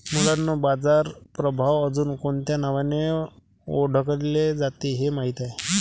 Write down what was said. मुलांनो बाजार प्रभाव अजुन कोणत्या नावाने ओढकले जाते हे माहित आहे?